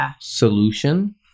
solution